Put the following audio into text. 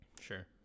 sure